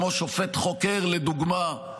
כמו שופט חוקר לדוגמה.